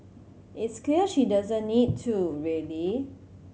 it's clear she doesn't need to really